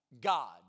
God